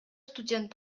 студент